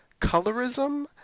colorism